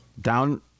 down